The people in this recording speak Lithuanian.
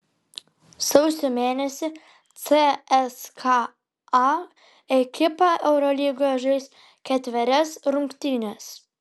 sausio mėnesį cska ekipa eurolygoje žais ketverias rungtynes